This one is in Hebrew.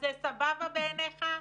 אז זה סבבה בעינך?